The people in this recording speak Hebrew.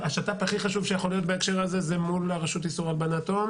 השת"פ הכי חשוב שיכול להיות בהקשר הזה זה מול רשות איסור הלבנת הון